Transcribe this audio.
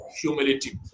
Humility